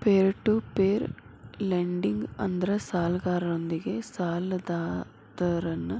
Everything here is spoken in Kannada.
ಪೇರ್ ಟು ಪೇರ್ ಲೆಂಡಿಂಗ್ ಅಂದ್ರ ಸಾಲಗಾರರೊಂದಿಗೆ ಸಾಲದಾತರನ್ನ